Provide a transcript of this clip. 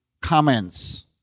comments